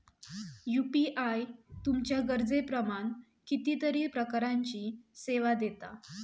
UPI तुमच्या गरजेप्रमाण कितीतरी प्रकारचीं सेवा दिता